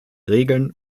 regeln